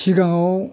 सिगाङाव